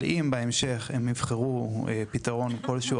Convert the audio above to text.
אבל אם בהמשך הם יבחרו פתרון אחר כלשהו